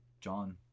john